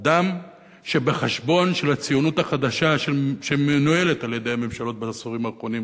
אדם שבחשבון של הציונות החדשה שמנוהלת על-ידי ממשלות בעשורים האחרונים